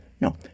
No